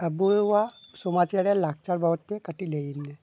ᱟᱵᱚᱣᱟᱜ ᱥᱚᱢᱟᱡᱽ ᱨᱮ ᱞᱟᱠᱪᱟᱨ ᱵᱟᱵᱚᱛᱛᱮ ᱠᱟᱹᱴᱤᱡ ᱞᱟᱹᱭ ᱟᱹᱧ ᱢᱮ